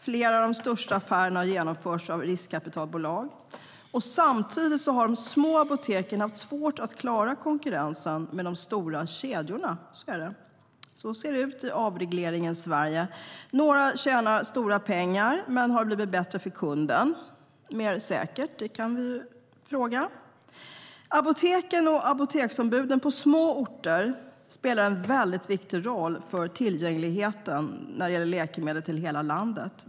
Flera av de största affärerna har genomförts av riskkapitalbolag. Samtidigt har de små apoteken haft svårt att klara konkurrensen med de stora kedjorna. Så ser det ut i avregleringens Sverige. Några tjänar stora pengar, men har det blivit bättre och säkrare för kunden? Det kan vi fråga. Apoteken och apoteksombuden på små orter spelar en väldigt viktig roll för tillgängligheten till läkemedel i hela landet.